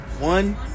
One